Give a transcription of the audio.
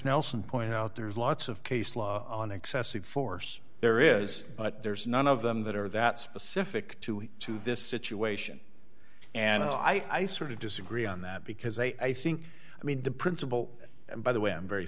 nelson point out there's lots of case law on excessive force there is but there's none of them that are that specific to to this situation and i sort of disagree on that because i think i mean the principle and by the way i'm very